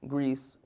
Greece